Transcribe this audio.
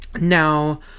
Now